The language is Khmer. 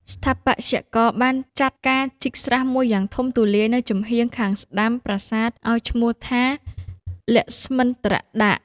ស្ថាបត្យករបានចាត់ការជីកស្រះមួយយ៉ាងធំទូលាយនៅចំហៀងខាងស្តាំប្រាសាទ ឲ្យឈ្មោះថា លក្ស្មិន្ទ្រដាក